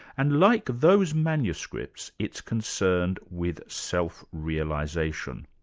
and like those manuscripts, it's concerned with self-realisation.